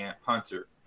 Hunter